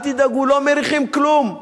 אל תדאגו, לא מריחים כלום.